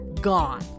Gone